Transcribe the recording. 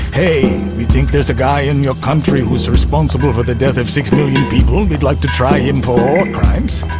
hey, we think there's a guy in your country who's responsible for the death of six million people. we'd like to try him for war crimes.